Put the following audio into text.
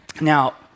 Now